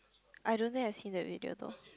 I don't think I seen that video though